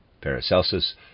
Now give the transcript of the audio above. Paracelsus